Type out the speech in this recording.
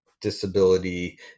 disability